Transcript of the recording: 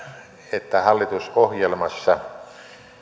että hallitusohjelmassa